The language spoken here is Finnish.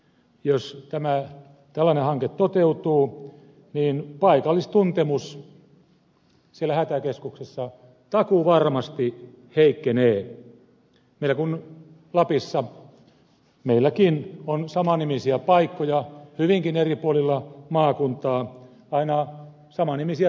jos tällainen hanke toteutuu niin paikallistuntemus siellä hätäkeskuksessa takuuvarmasti heikkenee meillä kun lapissa meilläkin on samannimisiä paikkoja hyvinkin eri puolilla maakuntaa aina saman nimisiä tuntureita myöten